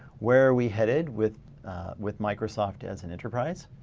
where are we headed with with microsoft as an enterprise?